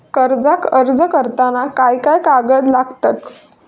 कर्जाक अर्ज करताना काय काय कागद लागतत?